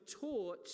taught